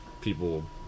People